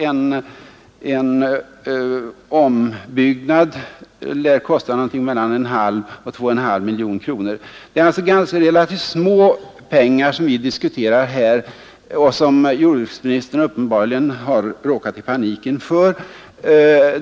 En ombyggnad lär kosta någonting mellan en halv och 2,5 miljoner kronor Det är alltså relativt små pengar som vi diskuterar här och som jordbruksministern uppenbarligen har råkat i panik inför.